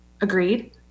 agreed